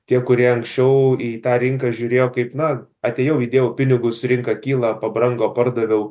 tie kurie anksčiau į tą rinką žiūrėjo kaip na atėjau įdėjau pinigus rinka kyla pabrango pardaviau